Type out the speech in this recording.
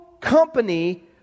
company